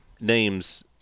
names